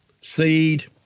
seed